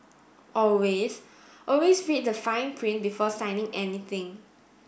always always read the fine print before signing anything